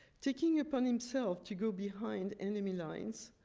taking upon himself to go behind enemy lines,